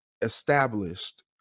established